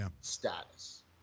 status